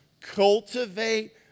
Cultivate